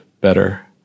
better